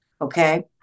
Okay